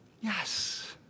Yes